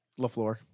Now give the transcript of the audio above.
LaFleur